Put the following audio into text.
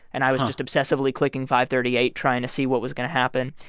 and i was just obsessively clicking fivethirtyeight, trying to see what was going to happen.